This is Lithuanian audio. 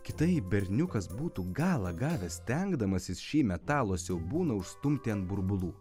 kitaip berniukas būtų galą gavęs stengdamasis šį metalo siaubūną užstumti ant burbulų